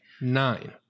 nine